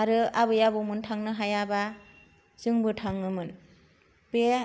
आरो आबै आबौमोन थांनो हायाबा जोंबो थाङोमोन बेयो